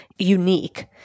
unique